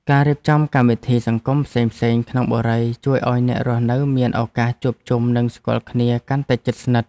ការរៀបចំកម្មវិធីសង្គមផ្សេងៗក្នុងបុរីជួយឱ្យអ្នករស់នៅមានឱកាសជួបជុំនិងស្គាល់គ្នាកាន់តែជិតស្និទ្ធ។